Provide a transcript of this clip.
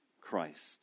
Christ